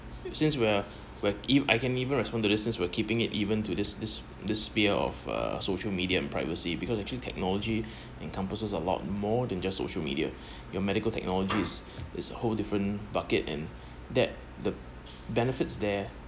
since we're we're if I can even respond this since we're keeping it even to this this the sphere of uh social media and privacy because actually technology encompasses a lot more than just social media your medical technologies is is whole different bucket and that the benefits there